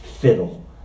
fiddle